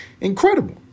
incredible